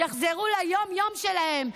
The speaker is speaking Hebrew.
יחזרו ליום-יום שלהם,